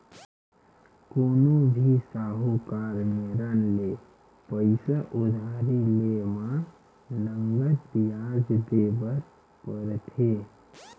कोनो भी साहूकार मेरन ले पइसा उधारी लेय म नँगत बियाज देय बर परथे